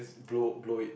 blow blow it